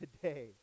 today